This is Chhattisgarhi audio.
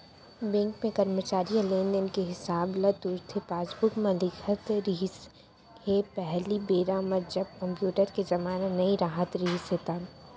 बेंक के करमचारी ह लेन देन के हिसाब ल तुरते पासबूक म लिखत रिहिस हे पहिली बेरा म जब कम्प्यूटर के जमाना नइ राहत रिहिस हे ता